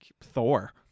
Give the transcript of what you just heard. thor